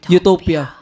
utopia